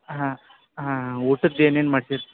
ಹಾಂ ಹಾಂ ಊಟದ್ದು ಏನೇನು ಮಾಡ್ತೀರಿ